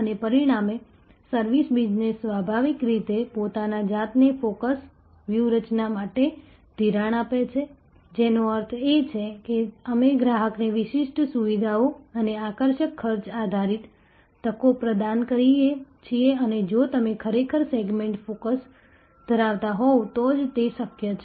અને પરિણામે service business સ્વાભાવિક રીતે પોતાની જાતને ફોકસ વ્યૂહરચના માટે ધિરાણ આપે છે જેનો અર્થ છે કે અમે ગ્રાહકને વિશિષ્ટ સુવિધાઓ અને આકર્ષક ખર્ચ આધારિત તકો પ્રદાન કરીએ છીએ અને જો તમે ખરેખર સેગમેન્ટ ફોકસ ધરાવતા હોવ તો જ તે શક્ય છે